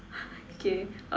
okay